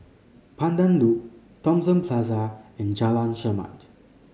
Pandan Loop Thomson Plaza and Jalan Chermat